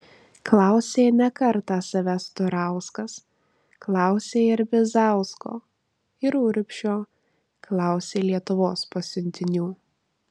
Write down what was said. klausė ne kartą savęs turauskas klausė ir bizausko ir urbšio klausė lietuvos pasiuntinių